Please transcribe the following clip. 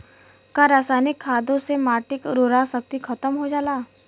का रसायनिक खादों से माटी क उर्वरा शक्ति खतम हो जाला?